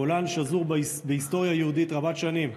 הגולן שזור בהיסטוריה יהודית רבת-שנים,